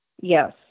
Yes